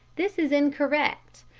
this is incorrect,